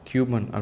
Cuban